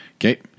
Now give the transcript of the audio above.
Okay